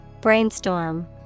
Brainstorm